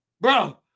Bro